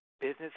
business